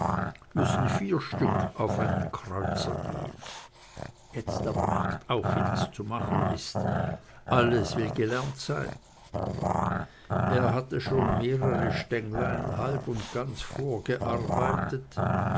müssen vier stück auf den kreuzer gehen jetzt aber merkt auf wie das zu machen ist alles will gelernt sein er hatte schon mehrere stänglein halb und ganz vorgearbeitet